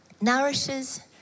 Nourishes